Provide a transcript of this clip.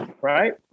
right